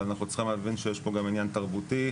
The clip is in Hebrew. ואנחנו צריכים להבין שיש פה גם עניין תרבותי.